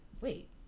wait